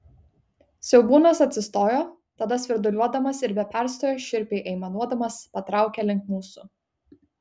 siaubūnas atsistojo tada svirduliuodamas ir be perstojo šiurpiai aimanuodamas patraukė link mūsų